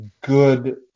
good